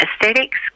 aesthetics